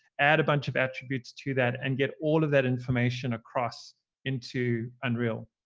add a bunch of attributes to that, and get all of that information across into unreal.